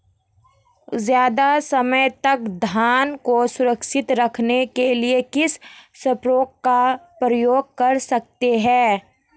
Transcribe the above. ज़्यादा समय तक धान को सुरक्षित रखने के लिए किस स्प्रे का प्रयोग कर सकते हैं?